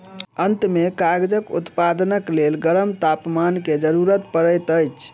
अंत में कागजक उत्पादनक लेल गरम तापमान के जरूरत पड़ैत अछि